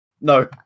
No